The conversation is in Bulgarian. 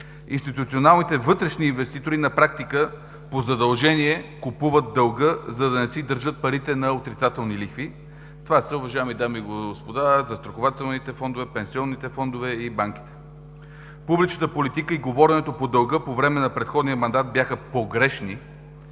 Институционалните вътрешни инвеститори на практика по задължение купуват дълга, за да не си държат парите на отрицателни лихви. Това, уважаеми дами и господа, са застрахователните фондове, пенсионните фондове и банките. Публичната политика и говоренето по дълга по време на предходния мандат бяха погрешни